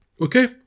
Okay